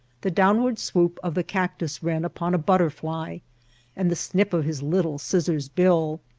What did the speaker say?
the downward swoop of the cac tus wren upon a butterfly and the snip of his little scissors bill,